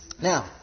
Now